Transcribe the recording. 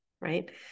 Right